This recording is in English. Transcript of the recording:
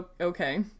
Okay